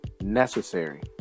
necessary